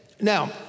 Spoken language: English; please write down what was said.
Now